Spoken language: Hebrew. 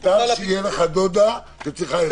מותר שתהיה לך דודה שצריכה עזרה.